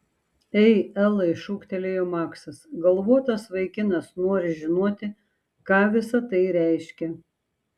ei elai šūktelėjo maksas galvotas vaikinas nori žinoti ką visa tai reiškia